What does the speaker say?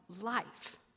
life